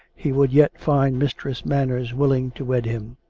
he would yet find mistress manners willing to wed him.